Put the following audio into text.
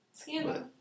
Scandal